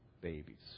babies